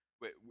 Wait